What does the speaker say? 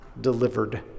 delivered